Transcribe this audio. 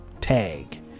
tag